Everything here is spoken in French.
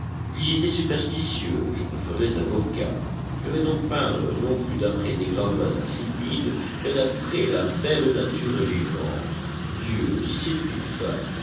si j'étais superstitieux je me ferais avocat je vais donc peindre non plus d'après des gravats insipides mais d'après la belle nature vivante dieux si c'était une femme